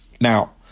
now